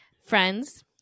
friends